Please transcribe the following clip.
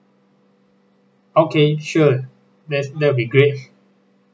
okay sure that's that will be great